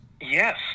Yes